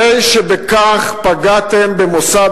הרי שבכך פגעתם במוסד